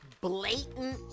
blatant